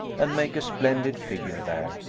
and make a splendid figure there,